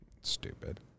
Stupid